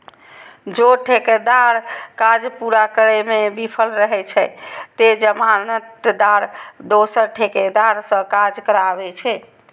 जौं ठेकेदार काज पूरा करै मे विफल रहै छै, ते जमानतदार दोसर ठेकेदार सं काज कराबै छै